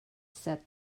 said